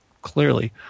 clearly